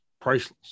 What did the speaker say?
priceless